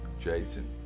Jason